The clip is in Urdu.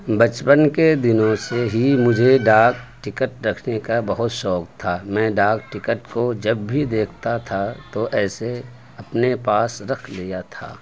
بچپن کے دنوں سے ہی مجھے ڈاک ٹکٹ رکھنے کا بہت شوق تھا میں ڈاک ٹکٹ کو جب بھی دیکھتا تھا تو ایسے اپنے پاس رکھ لیا تھا